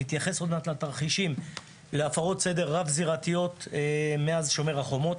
נתייחס עוד מעט לתרחישים ולהפרות סדר רב-זירתיות מאז "שומר החומות".